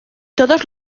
todos